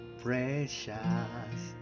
precious